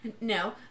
No